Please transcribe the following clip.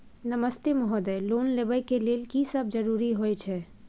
नमस्ते महोदय, लोन लेबै के लेल की सब जरुरी होय छै?